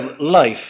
life